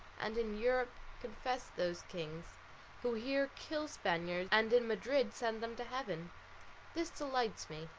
and in europe confess those kings who here kill spaniards, and in madrid send them to heaven this delights me,